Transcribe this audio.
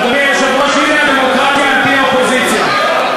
אדוני היושב-ראש, הנה הדמוקרטיה על-פי האופוזיציה.